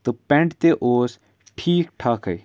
تہٕ پٮ۪نٛٹ تہِ اوس ٹھیٖک ٹھاکَے